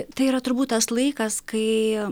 tai yra turbūt tas laikas kai